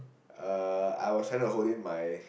uh I was trying to hold in my